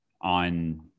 on